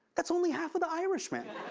that's only half of the irishman.